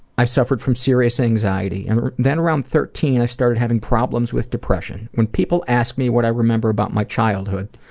i suffered from serious anxiety, and then around thirteen i started having problems with depression. when people ask me what i remember about my childhood,